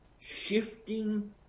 shifting